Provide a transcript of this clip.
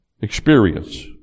experience